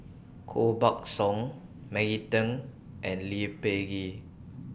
Koh Buck Song Maggie Teng and Lee Peh Gee